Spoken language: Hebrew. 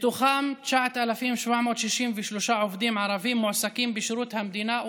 מתוכם 9,763 עובדים ערבים מועסקים בשירות המדינה,